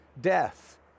death